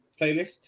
playlist